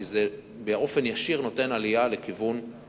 כי זה באופן ישיר גורם לעלייה בהחזר